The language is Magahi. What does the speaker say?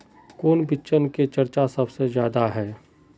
कौन बिचन के चर्चा सबसे ज्यादा है?